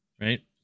Right